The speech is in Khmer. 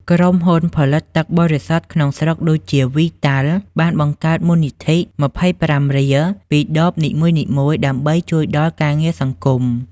ក្រុមហ៊ុនផលិតទឹកបរិសុទ្ធក្នុងស្រុកដូចជា វីតាល់ (Vital) បានបង្កើតមូលនិធិ ២៥ រៀល ពីដបនីមួយៗដើម្បីជួយដល់ការងារសង្គម។